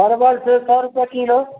परवल छै सए रुपैआ किलो